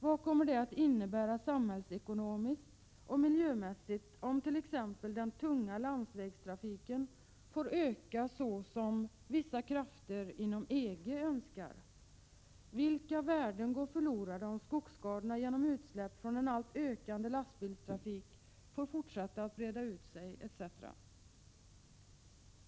Man måste exempelvis undersöka vad det samhällsekono miskt och miljömässigt kommer att innebära om den tunga landsvägstrafiken får öka så som vissa krafter inom EG önskar, vilka värden som kommer att gå förlorade om skogsskadorna genom utsläpp från en alltmer ökande lastbilstrafik får fortsätta att breda ut sig, etc.